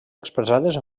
expressades